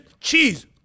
cheese